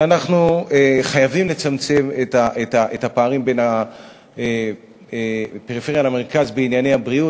אנחנו חייבים לצמצם את הפערים בין הפריפריה למרכז בענייני הבריאות,